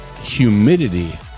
humidity